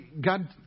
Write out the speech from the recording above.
God